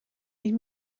niet